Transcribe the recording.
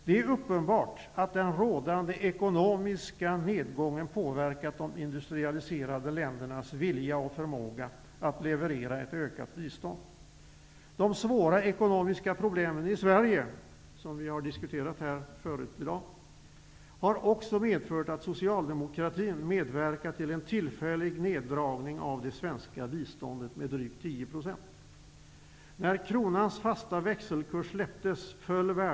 Det är uppenbart att den rådande ekonomiska nedgången påverkat de industrialiserade ländernas vilja och förmåga att leverera ett ökat bistånd. De svåra ekonomiska problemen i Sverige, som vi har diskuterat förut i dag, har också medfört att Socialdemokraterna medverkat till en tillfällig neddragning av det svenska biståndet med drygt 20 %.